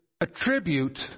attribute